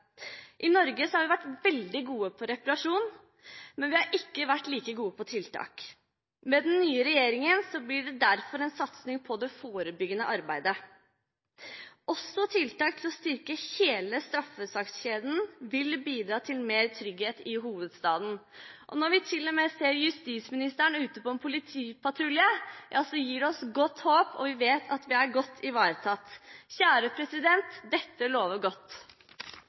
I Norge har vi vært veldig gode på reparasjon, men ikke like gode på tiltak. Med den nye regjeringen blir det derfor en satsing på det forebyggende arbeidet. Også tiltak for å styrke hele straffesakskjeden vil bidra til mer trygghet i hovedstaden. Når vi til og med ser justisministeren ute på en politipatrulje, gir det oss godt håp, og vi vet at vi er godt ivaretatt. Dette lover godt.